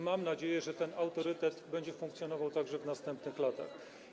Mam nadzieję, że ten autorytet będzie utrzymywany także w następnych latach.